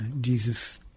Jesus